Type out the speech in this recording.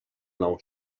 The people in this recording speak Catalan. nou